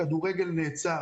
הכדורגל נעצר,